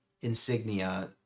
insignia